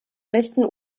rechten